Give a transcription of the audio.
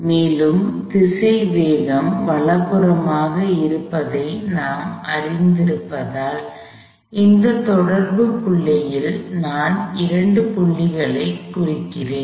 மேலும் திசைவேகம் வலப்புறமாக இருப்பதை நாம் அறிந்திருப்பதால் இந்த தொடர்பு புள்ளியில் நான் இரண்டு புள்ளிகளைக் குறிக்கிறேன்